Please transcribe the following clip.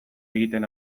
egiten